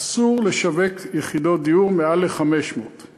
אסור לשווק מעל ל-500 יחידות דיור.